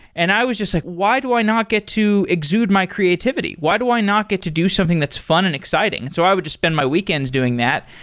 and i was just like, why do i not get to exude my creativity? why do i not get to do something that's fun and exciting? and so i would just spend my weekends doing that.